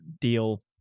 deal